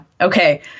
Okay